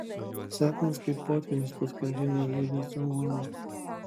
sapnas kaip potvynis paskandina liūdesio uolą